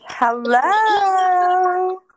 Hello